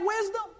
wisdom